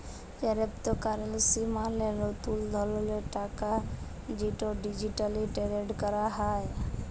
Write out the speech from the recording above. কেরেপ্তকারেলসি মালে লতুল ধরলের টাকা যেট ডিজিটালি টেরেড ক্যরা হ্যয়